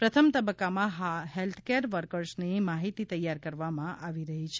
પ્રથમ તબક્કામાં હેલ્થકેર વર્કર્સની માહિતી તૈયાર કરવામાં આવી રહી છે